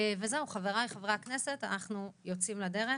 זהו, חבריי חברי הכנסת, אנחנו יוצאים לדרך